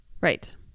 Right